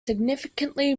significantly